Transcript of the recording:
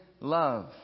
love